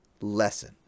lesson